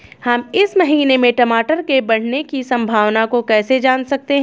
हम इस महीने में टमाटर के बढ़ने की संभावना को कैसे जान सकते हैं?